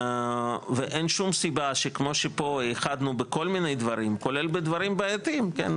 ואין שום סיבה שכמו שפה איחדנו בכל מיני דברים כולל בדברים בעייתיים כן,